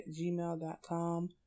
gmail.com